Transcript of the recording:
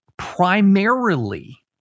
primarily